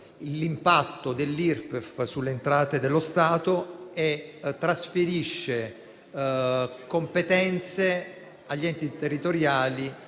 l'impatto dell'Irpef sulle entrate dello Stato e trasferisce competenze agli enti territoriali,